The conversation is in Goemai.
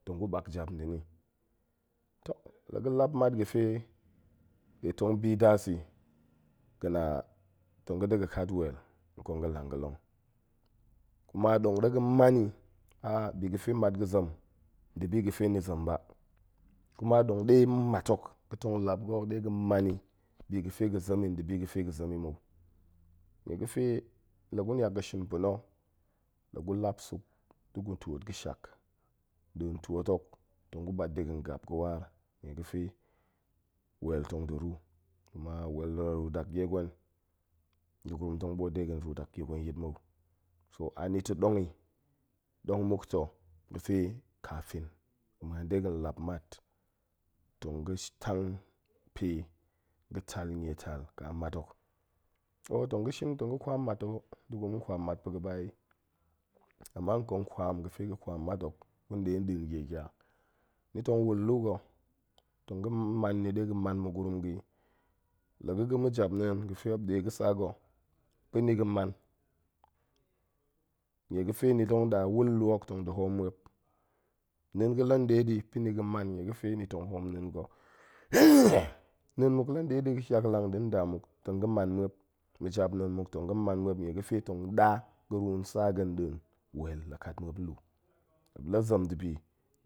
Tong gu; bak jap nɗi ni. toh na ga̱ lat mat ga̱ fe nɗe tong bi daas i, ga̱na tong da̱ ga̱ kat wel nkong ga̱ lang ga̱long. kuma ɗong ɗe ga̱ man i bi ga̱ fe mat ga̱ zem nda̱ bi ga̱ fe zem ba, kuma ɗong ɗe mat hok ga̱ tong lap ga̱ ho ɗe man i bi ga̱ fe ga̱ zemi, nda̱ bi ga̱ fe ga̱ zem i mou. nie ga̱ fe la gu niak ga̱ shin pa̱no, la gu lap suk da̱ gu twoot ga̱shak, nɗin twoot hok tong gu mat de ga̱n gap ga̱waar nie fe wel tong da̱ ruu, kuma wel la ruu daknie gwen, da̱ gurum tong ɓoot ga̱ ruu daknie gwen yit mou, so anita̱ ɗong i, ɗong muk ta̱ ga̱ fe kafin ga̱ ma̱an de ga̱n lap mat, tong ga̱ tang pe ga̱ tal nie tal ƙa mat hok. o tong ga̱ shin, tong ga̱ kwam mat hok ta̱ o, nda̱ gurum tong kwam mat pa̱ga̱ ba ai, ama ƙong kwam ga̱ fe ga̱ kwam mat hok gun ɗe nɗin nie gya, ni tong wul luu ga̱, tong ga̱ man ni ɗe ni ga̱ man mugurum ga̱ i. la ga̱ ga̱ ma̱japneen ga̱ fe muop ɗe ga̱saa ga̱, pa̱ni ga̱ man, nie ga̱ fe ni tong ɗa wul nluu hok, tong da̱ hoom muop. neen ga̱ la nɗe ɗi. pa̱ ni ga̱ man nie ga̱ fe ni tong hoom neen ga̱. neen muk la nɗe ɗi ga̱ ƙiaklang nda̱ nda muk, tong ga̱ man muop, ma̱japneen muk tong ga̱ man muop nie ga̱ fe tong ɗa ga̱ ruun sa ga̱ ɗin wel la kat muop nluu, muop la zem ndibi